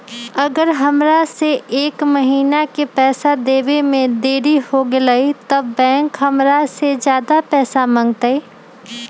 अगर हमरा से एक महीना के पैसा देवे में देरी होगलइ तब बैंक हमरा से ज्यादा पैसा मंगतइ?